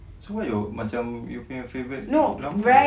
so what you macam you punya favourite drama